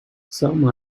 some